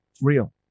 Real